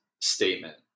statement